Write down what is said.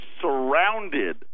surrounded